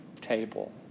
table